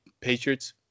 Patriots